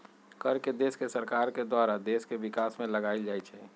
कर के देश के सरकार के द्वारा देश के विकास में लगाएल जाइ छइ